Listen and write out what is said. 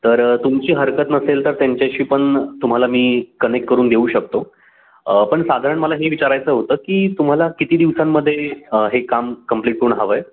तर तुमची हरकत नसेल तर त्यांच्याशी पण तुम्हाला मी कनेक्ट करून देऊ शकतो पण साधारण मला हे विचारायचं होतं की तुम्हाला किती दिवसांमध्ये हे काम कंप्लीट करून हवं आहे